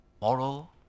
moral